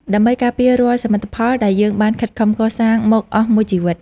ដើម្បីការពាររាល់សមិទ្ធផលដែលយើងបានខិតខំកសាងមកអស់មួយជីវិត។